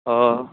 অঁ